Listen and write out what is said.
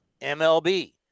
MLB